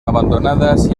abandonadas